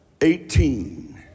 eighteen